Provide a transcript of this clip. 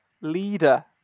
leader